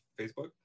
Facebook